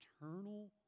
eternal